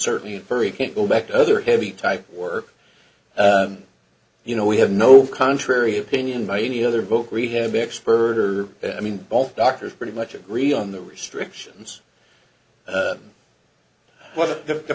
certainly can't go back to other heavy type work you know we have no contrary opinion by either boat rehab expert or i mean both doctors pretty much agree on the restrictions what the